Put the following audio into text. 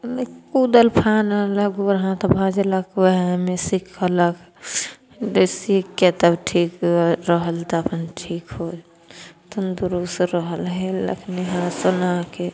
ओहिमे कूदल फानल गोर हाथ भाँजलक वएहमे सीखलक सीखके तब ठीक रहल तऽ अपन ठीक होल तंदुरस्त रहल हेललक नेहा सुनाके